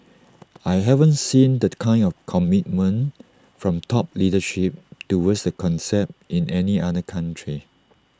I haven't seen the kind of commitment from top leadership towards the concept in any other country